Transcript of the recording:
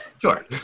Sure